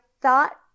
thought